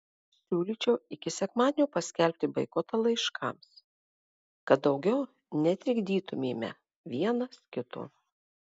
siūlyčiau iki sekmadienio paskelbti boikotą laiškams kad daugiau netrikdytumėme vienas kito